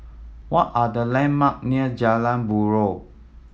what are the landmark near Jalan Buroh